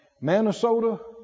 Minnesota